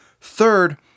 Third